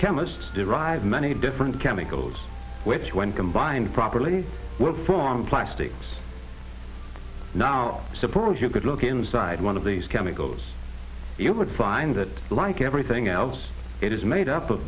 chemists derive many different chemicals which when combined properly work from plastics now suppose you could look inside one of these chemicals you would find that like everything else it is made up of